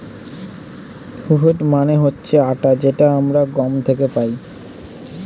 wheat মানে হচ্ছে আটা যেটা আমরা গম থেকে পাই